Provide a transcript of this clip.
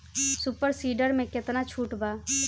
Super seeder मै कितना छुट बा?